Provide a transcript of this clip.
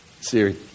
Siri